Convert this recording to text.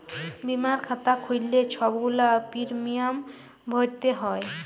বীমার খাতা খ্যুইল্লে ছব গুলা পিরমিয়াম ভ্যইরতে হ্যয়